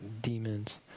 demons